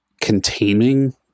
containing